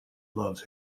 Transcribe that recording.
loves